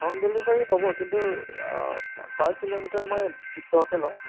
home delivery হ'ব কিন্তু per kilometre মই বিশ টকাকৈ লওঁ